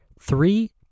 three